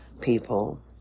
people